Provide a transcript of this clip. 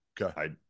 Okay